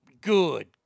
Good